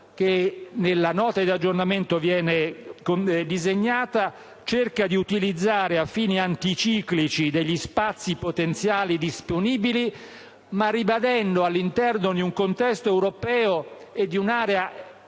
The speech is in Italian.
nella Nota di aggiornamento cerca di utilizzare a fini anticiclici degli spazi potenziali disponibili, ma ribadendo, all'interno di un contesto europeo e di un'area dell'euro,